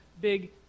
big